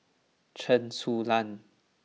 Chen Su Lan